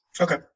Okay